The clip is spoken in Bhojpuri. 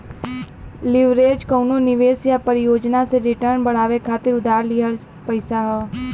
लीवरेज कउनो निवेश या परियोजना से रिटर्न बढ़ावे खातिर उधार लिहल पइसा हौ